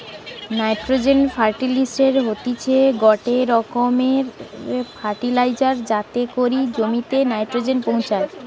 nitrogen ফার্টিলিসের হতিছে গটে রকমের ফার্টিলাইজার যাতে করি জমিতে নাইট্রোজেন পৌঁছায়